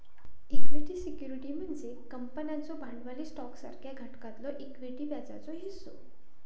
equity security म्हणजे कंपन्यांचो भांडवली स्टॉकसारख्या घटकातलो इक्विटी व्याजाचो हिस्सो